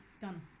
Done